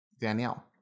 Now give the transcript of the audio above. Danielle